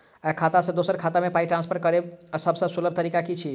खाता सँ दोसर खाता मे पाई ट्रान्सफर करैक सभसँ सुलभ तरीका की छी?